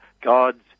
God's